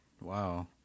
wow